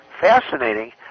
fascinating